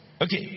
Okay